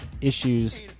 Issues